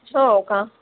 हो का